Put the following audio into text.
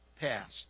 passed